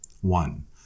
One